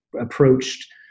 approached